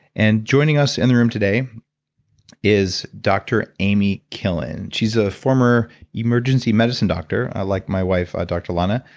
and joining us in the room today is dr. amy killen. she's a former emergency medicine doctor, like my wife, dr. lana.